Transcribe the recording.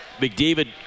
McDavid